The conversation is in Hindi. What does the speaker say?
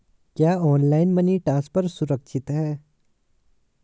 क्या ऑनलाइन मनी ट्रांसफर सुरक्षित है?